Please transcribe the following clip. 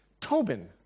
Tobin